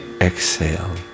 exhale